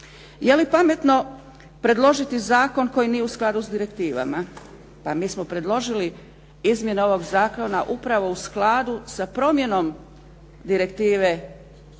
Je li pametno predložiti zakon koji nije u skladu s direktivama? Pa mi smo predložili izmjene ovog zakona upravo u skladu s promjenom Direktive o